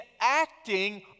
acting